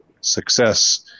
success